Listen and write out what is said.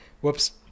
whoops